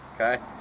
okay